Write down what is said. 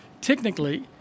technically